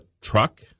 truck